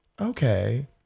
okay